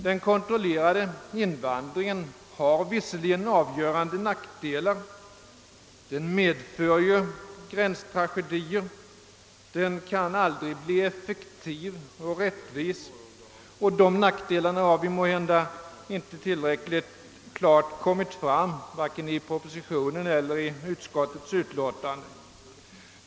Den kontrollerade invandringen har visserligen avgörande nackdelar — den kan medföra gränstragedier, den kan aldrig bli effektiv och rättvis — och dessa nackdelar har måhända inte tillräckligt klart kommit fram vare sig i Propositionen eller i utskottets utlåtande.